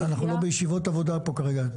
רגע, אבל אנחנו לא בישיבות עבודה פה כרגע.